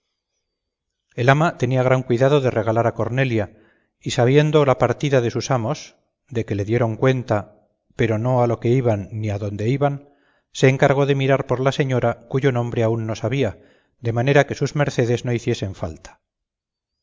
el ama tenía gran cuidado de regalar a cornelia y sabiendo la partida de sus amos de que le dieron cuenta pero no a lo que iban ni adónde iban se encargó de mirar por la señora cuyo nombre aún no sabía de manera que sus mercedes no hiciesen falta